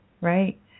right